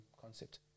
concept